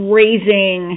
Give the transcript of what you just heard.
raising